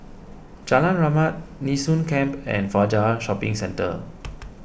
Jalan Rahmat Nee Soon Camp and Fajar Shopping Centre